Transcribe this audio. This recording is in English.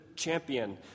champion